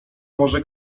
może